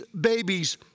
babies